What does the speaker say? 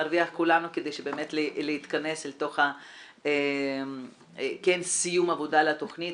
נרוויח כולנו כדי באמת להתכנס אל תוך סיום העבודה על התכנית,